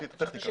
איזו טכניקה?